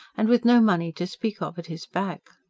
and with no money to speak of at his back.